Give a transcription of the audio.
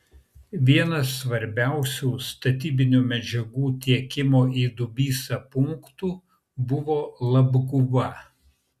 vienas svarbiausių statybinių medžiagų tiekimo į dubysą punktų buvo labguva